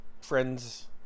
friends